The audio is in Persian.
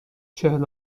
چهل